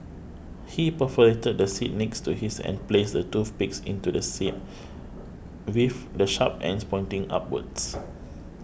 he perforated the seat next to his and placed the toothpicks into the seat with the sharp ends pointing upwards